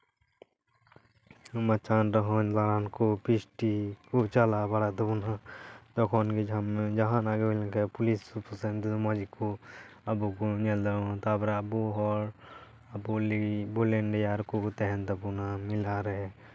ᱢᱟᱪᱷᱟᱱ ᱰᱟᱦᱚᱱ ᱞᱟᱱ ᱠᱚ ᱯᱷᱤᱥᱴᱤ ᱠᱚ ᱪᱟᱞᱟᱣ ᱵᱟᱲᱟ ᱛᱟᱵᱚᱱ ᱦᱟᱸᱜ ᱛᱚᱠᱷᱚᱱ ᱜᱮ ᱡᱷᱟᱢᱮᱞᱟ ᱡᱟᱦᱟᱱᱟᱜ ᱜᱮ ᱦᱩᱭ ᱞᱮᱱᱠᱷᱟᱱ ᱯᱩᱞᱤᱥ ᱯᱨᱚᱥᱟᱥᱚᱱ ᱢᱚᱡᱽ ᱜᱮᱠᱚ ᱟᱵᱚ ᱠᱚ ᱧᱮᱞ ᱫᱟᱨᱟᱢ ᱦᱟᱛᱟᱲ ᱛᱟᱯᱚᱨᱮ ᱟᱵᱚ ᱦᱚᱲ ᱯᱚᱞᱞᱤ ᱵᱷᱚᱞᱮᱱᱴᱤᱭᱟᱨ ᱠᱚ ᱛᱟᱦᱮᱱ ᱛᱟᱵᱚᱱᱟ ᱢᱮᱞᱟ ᱨᱮ